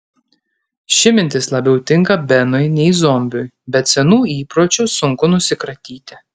ši mintis labiau tinka benui nei zombiui bet senų įpročių sunku nusikratyti